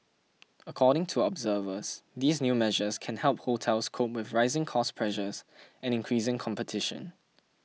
according to observers these new measures can help hotels cope with rising cost pressures and increasing competition